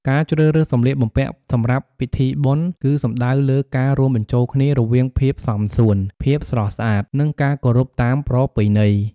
ការជ្រើសរើសសម្លៀកបំពាក់សម្រាប់ពិធីបុណ្យ គឺសំដៅលើការរួមបញ្ចូលគ្នារវាងភាពសមសួន ភាពស្រស់ស្អាត និងការគោរពតាមប្រពៃណី។